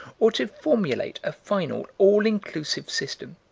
or to formulate a final, all-inclusive system,